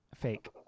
fake